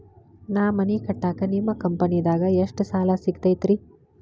ನಾ ಮನಿ ಕಟ್ಟಾಕ ನಿಮ್ಮ ಕಂಪನಿದಾಗ ಎಷ್ಟ ಸಾಲ ಸಿಗತೈತ್ರಿ?